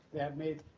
they have made